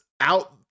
out